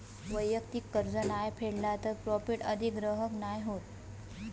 वैयक्तिक कर्ज नाय फेडला तर प्रॉपर्टी अधिग्रहण नाय होत